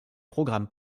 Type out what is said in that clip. programmes